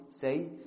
Say